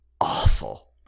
awful